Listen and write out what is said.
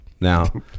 Now